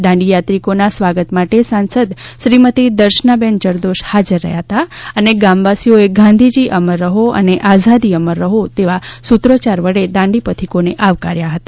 દાંડીયાત્રીકોના સ્વાગત માટે સાંસદ શ્રીમતિ દર્શનાબેન જરદોશ હાજર હતા અને ગામવાસીઓએ ગાંધીજી અમર રહો અને આઝાદી અમર રહો જેવા સૂત્રોચ્યાર વડે દાંડીપથ્વિકોને આવકાર્યા હતા